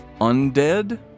undead